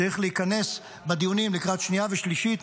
צריך להיכנס בדיונים לקראת שנייה ושלישית,